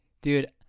dude